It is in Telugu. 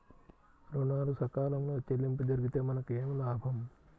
ఋణాలు సకాలంలో చెల్లింపు జరిగితే మనకు ఏమి లాభం?